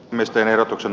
myös ehdotuksen